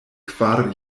kvar